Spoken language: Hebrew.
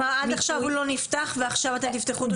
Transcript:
כלומר, עד עכשיו הוא לא נפתח ועכשיו אתם תפתחו.